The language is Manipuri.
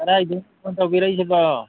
ꯀꯔꯥꯏꯗꯒꯤ ꯐꯣꯟ ꯇꯧꯕꯤꯔꯛꯏꯁꯤꯕꯣ